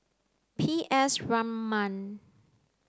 P S Raman